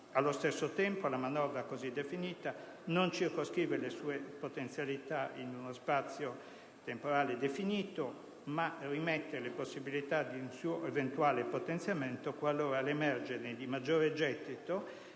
Allo stesso tempo, la manovra così definita non circoscrive le sue potenzialità in uno spazio temporale definito ma rimette le possibilità di un suo eventuale potenziamento qualora l'emergere di maggiore gettito